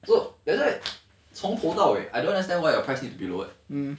so that's why 从头到尾 I don't understand why your price need to be lower